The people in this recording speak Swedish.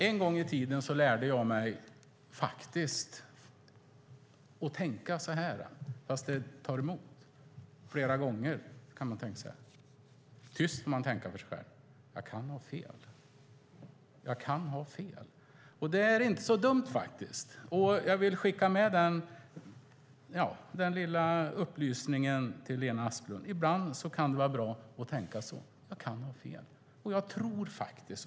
En gång i tiden lärde jag mig att tänka så här: Jag kan ha fel. Det är inte så dumt. Det vill jag skicka med Lena Asplund. Ibland kan det vara bra att tänka så: Jag kan ha fel.